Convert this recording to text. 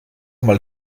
mal